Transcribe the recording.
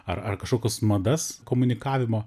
ar ar kažkokias madas komunikavimo